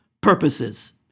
purposes